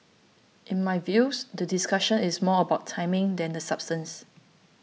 in my views the discussion is more about timing than the substance